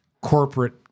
corporate